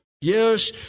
Yes